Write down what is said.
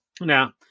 Now